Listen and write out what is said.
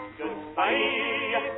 goodbye